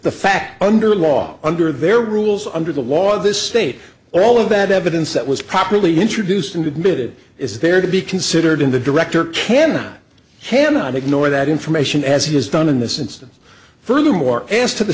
the facts under the law under their rules under the law of this state all of that evidence that was properly introduced into committed is there to be considered in the director can cannot ignore that information as he has done in this instance furthermore as to the